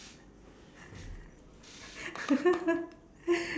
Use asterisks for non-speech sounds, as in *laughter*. *laughs*